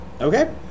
Okay